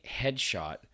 headshot